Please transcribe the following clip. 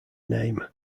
name